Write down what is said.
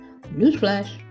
Newsflash